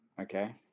Okay